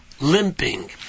Limping